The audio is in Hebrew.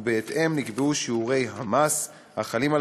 ובהתאם נקבעו שיעורי המס החלים על